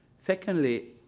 secondly,